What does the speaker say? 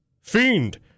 Fiend